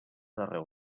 arreu